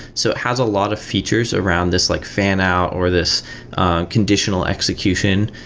so it has a lot of features around this like fan-out or this conditional execution,